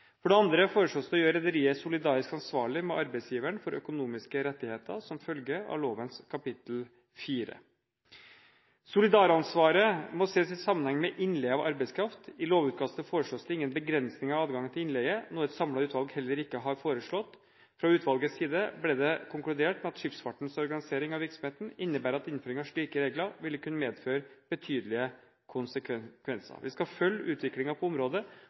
For det andre foreslås det å gjøre rederiet solidarisk ansvarlig med arbeidsgiveren for økonomiske rettigheter som følger av loven, kapittel 4. Solidaransvaret må ses i sammenheng med innleie av arbeidskraft. I lovutkastet foreslås det ingen begrensninger i adgangen til innleie, noe et samlet utvalg heller ikke har foreslått. Fra utvalgets side ble det konkludert med at skipsfartens organisering av virksomheten innebærer at innføring av slike regler ville kunne medføre betydelige konsekvenser. Vi skal følge utviklingen på området